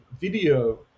video